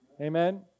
Amen